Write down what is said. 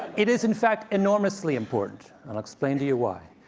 it is, in fact, enormously important. i'll explain to you why.